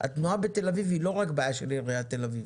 התנועה בתל אביב היא לא רק בעיה של עיריית תל אביב,